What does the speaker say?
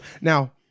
Now